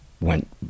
went